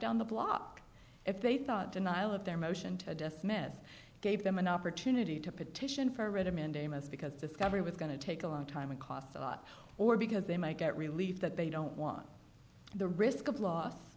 down the block if they thought denial of their motion to death smith gave them an opportunity to petition for writ of mandamus because it's covered with going to take a long time and costs a lot or because they might get relieved that they don't want the risk of loss